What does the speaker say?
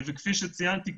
כפי שציינתי,